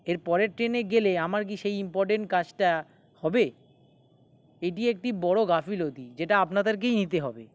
এর পরের ট্রেনে গেলে আমার কি সেই ইম্পর্টেন্ট কাজটা হবে এটি একটি বড়ো গাফিলতি যেটা আপনাদেরকেই নিতে হবে